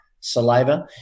saliva